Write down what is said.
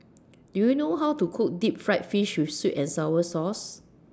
Do YOU know How to Cook Deep Fried Fish with Sweet and Sour Sauce